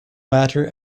matter